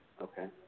Okay